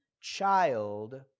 child